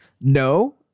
No